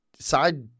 Side